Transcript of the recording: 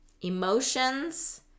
emotions